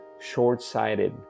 short-sighted